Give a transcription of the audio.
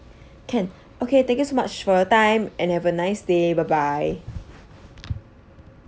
can okay thank you so much for your time and have a nice day bye bye